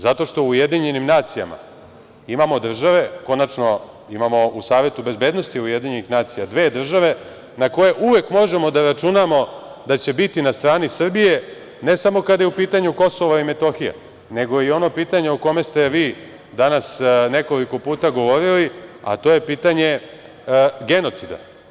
Zato što u UN imamo države, konačno, imamo u Savetu bezbednosti UN dve države, na koje uvek možemo da računamo da će biti na strani Srbije, ne samo kad je u pitanju KiM, nego i ono pitanje o kome ste vi danas nekoliko puta govorili, a to je pitanje genocida.